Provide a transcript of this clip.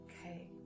okay